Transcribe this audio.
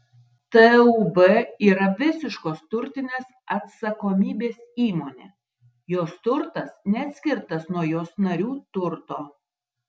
tūb yra visiškos turtinės atsakomybės įmonė jos turtas neatskirtas nuo jos narių turto